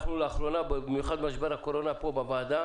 אנחנו לאחרונה ובמיוחד במשבר הקורונה פה בוועדה